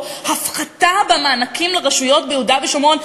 "הפחתה במענקים לרשויות ביהודה ושומרון",